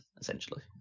essentially